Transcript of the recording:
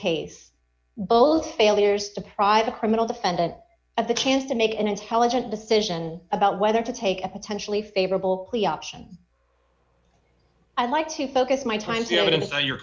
case both failures deprive a criminal defendant of the chance to make an intelligent decision about whether to take a potentially favorable plea option i'd like to focus my time